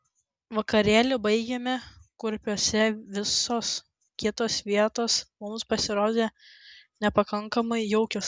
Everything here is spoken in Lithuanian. vakarėlį baigėme kurpiuose visos kitos vietos mums pasirodė nepakankamai jaukios